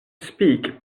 speak